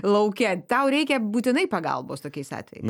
lauke tau reikia būtinai pagalbos tokiais atvejais